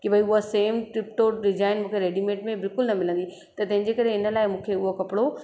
की भई हुआ सेम डिटो डिज़ाइन मूंखे रेडीमेड में बिल्कुल न मिलंदी त तंहिंजे करे हिन लाइ मूंखे उहो कपिड़ो